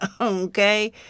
Okay